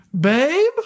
babe